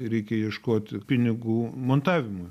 reikia ieškot pinigų montavimui